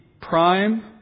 prime